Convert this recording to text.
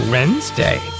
Wednesday